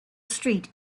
street